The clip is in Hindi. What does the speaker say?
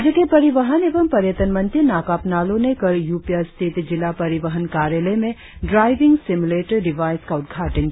राज्य के परिवहन एवं पर्यटन मंत्री नाकप नालो ने कल यूपिया स्थित जिला परिवहन कार्यालय में ड्राइविंग सिम्यूलेटर डिवाइस का उद्घाटन किया